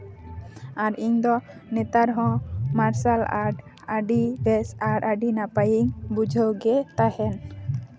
ᱟᱨ ᱤᱧ ᱫᱚ ᱱᱮᱛᱟᱨ ᱦᱚᱸ ᱢᱟᱨᱥᱟᱞ ᱟᱨᱴ ᱟᱹᱰᱤ ᱵᱮᱥ ᱟᱨ ᱟᱹᱰᱤ ᱱᱟᱯᱟᱭᱤᱧ ᱵᱩᱡᱷᱟᱹᱜᱮ ᱛᱟᱦᱮᱱ